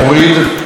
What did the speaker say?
למה?